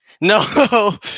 No